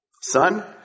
Son